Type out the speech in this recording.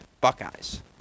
Buckeyes